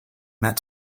met